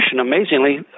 amazingly